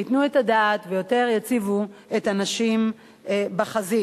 ייתנו את הדעת ויותר יציבו את הנשים בחזית.